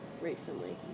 recently